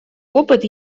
опыт